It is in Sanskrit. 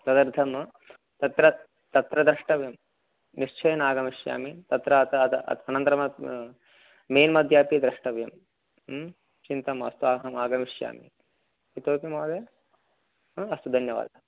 तदर्थं तत्र तत्र द्रष्टव्यं निश्चयेन आगमिष्यामि तत्र अतः अतः अनन्तरं मैन्मध्ये अपि द्रष्टव्यं चिन्ता मास्तु अहम् आगमिष्यामि इतोपि महोदय हा अस्तु धन्यवादः